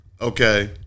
Okay